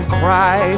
cry